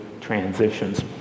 Transitions